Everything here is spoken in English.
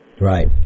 Right